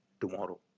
tomorrow